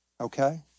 Okay